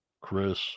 Chris